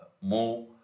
more